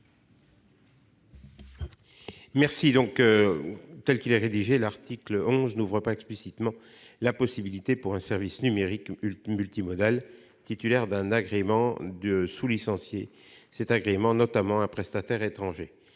L'article 11, tel qu'il est rédigé, n'ouvre pas explicitement la faculté, pour un service numérique multimodal titulaire d'un agrément, de sous-licencier cet agrément, notamment à un prestataire étranger.